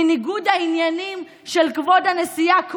מניגוד העניינים של כבוד הנשיאה,